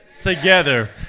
Together